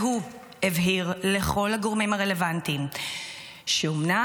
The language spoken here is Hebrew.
והוא הבהיר לכל הגורמים הרלוונטיים שאומנם